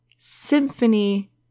symphony